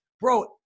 Bro